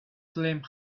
flame